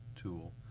tool